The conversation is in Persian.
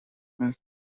مست